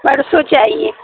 پرسوں چاہیے